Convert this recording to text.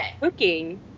cooking